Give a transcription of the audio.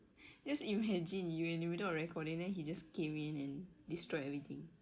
just imagine we're in the middle of recording then he just came in and destroy everything